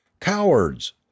Cowards